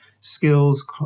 skills